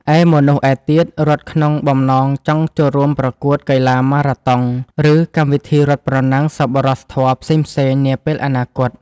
ឯមនុស្សឯទៀតរត់ក្នុងបំណងចង់ចូលរួមប្រកួតកីឡាម៉ារ៉ាតុង ឬកម្មវិធីរត់ប្រណាំងសប្បុរសធម៌ផ្សេងៗនាពេលអនាគត។